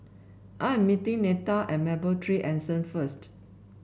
I am meeting Neta at Mapletree Anson first